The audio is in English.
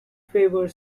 favours